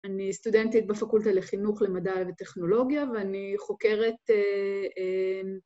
אני סטודנטית בפקולטה לחינוך למדע וטכנולוגיה ואני חוקרת...